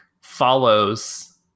follows